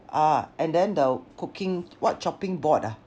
ah and then the cooking what chopping board ah